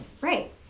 Right